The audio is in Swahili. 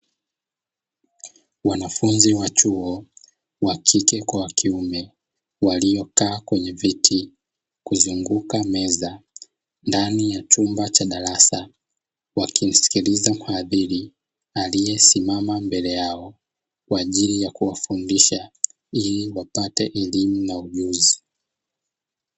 Wanafunzi wa chuo; wa kike kwa wa kiume, waliokaa kwenye viti kuzunguka meza, ndani ya chumba cha darasa, wakimsikiliza mhadhiri aliyesimama mbele yao kwa ajili ya kuwafundisha, ili wapate elimu na ujuzi.